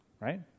right